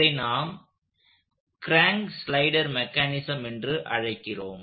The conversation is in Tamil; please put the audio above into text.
இதை நாம் கிரான்க் ஸ்லைடர் மெக்கானிசம் என்று அழைக்கிறோம்